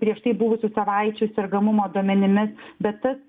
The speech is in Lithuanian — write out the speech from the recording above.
prieš tai buvusios savaitės sergamumo duomenimis bet tas